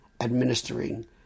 administering